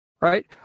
right